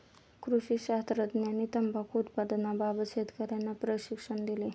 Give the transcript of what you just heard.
कृषी शास्त्रज्ञांनी तंबाखू उत्पादनाबाबत शेतकर्यांना प्रशिक्षण दिले